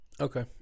Okay